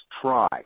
try